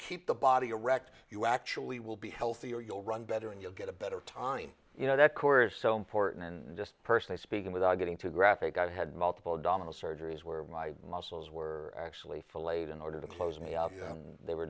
keep the body erect you actually will be healthier you'll run better and you'll get a better time you know that core is so important and just personally speaking without getting too graphic i had multiple abdominal surgeries where my muscles were actually filleted in order to close me out they were